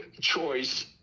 choice